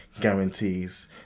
guarantees